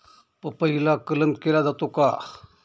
पपईला कलम केला जातो का?